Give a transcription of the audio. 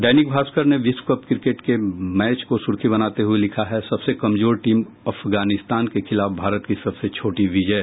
दैनिक भास्कर ने विश्वकप क्रिकेट के मैच को सुर्खी बनाते हुये लिखा है सबसे कमजोर टीम अफगानिस्तान के खिलाफ भारत की सबसे छोटी विजय